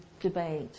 debate